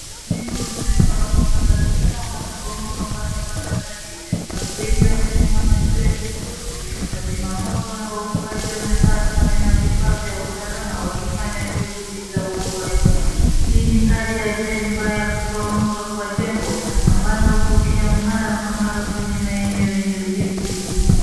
Jengo limeporomoka kabisaa na kubomoka kwa tabaka zake, watu wengi wamesimama juu ya kifusi, wazima moto na waokoaji wamevaa sare na vifaa vya usalama wakifanya juhudi za uokoaji. Hii ni hali ya ajali mbaya ya kuporomoka kwa jengo ambayo hutokea mara kwa mara kwenye maeneo yenye ujenzi duni.